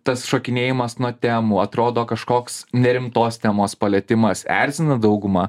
tas šokinėjimas nuo temų atrodo kažkoks nerimtos temos palietimas erzina daugumą